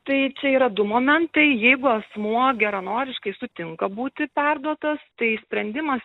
tai čia yra du momentai jeigu asmuo geranoriškai sutinka būti perduotas tai sprendimas